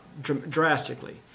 drastically